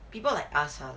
people like us ah like